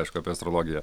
aišku apie astrologiją